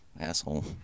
Asshole